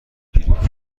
گریپ